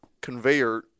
conveyor